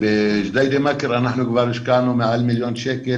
בג'דיידה מכר השקענו כבר מעל מיליון שקלים